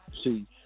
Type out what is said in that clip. see